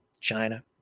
China